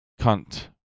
cunt